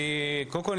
קודם כול,